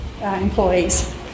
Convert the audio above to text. employees